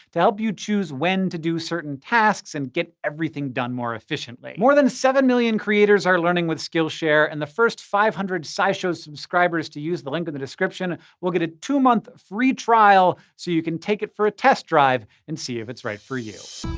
to help you choose when to do certain tasks and get everything done more efficiently. more than seven million creators are learning with skillshare. and the first five hundred scishow subscribers to use the link in the description will get a two month free trial, so you can take it for a test drive and see if it's right for you.